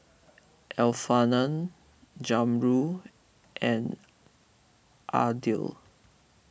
Alfian Zamrud and Adil